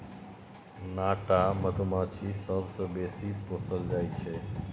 नाटा मधुमाछी सबसँ बेसी पोसल जाइ छै